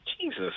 Jesus